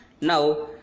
now